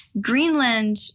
Greenland